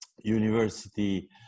university